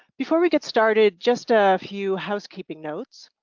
before we get started, just a few housekeeping notes.